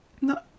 No